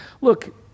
Look